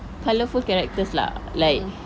colourful characters lah like